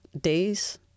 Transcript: days